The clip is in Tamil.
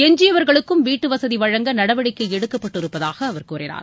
எஞ்சியவர்களுக்கும் வீட்டு வசதி வழங்க நடவடிக்கை எடுக்கப்பட்டிருப்பதாக அவர் கூறினார்